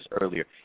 earlier